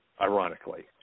ironically